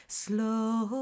slow